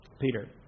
Peter